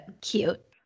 Cute